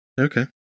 Okay